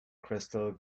crystal